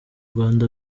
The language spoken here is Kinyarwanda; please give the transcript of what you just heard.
rwanda